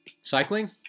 Cycling